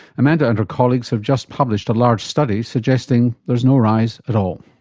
amanda and her colleagues have just published a large study suggesting there's no rise at all.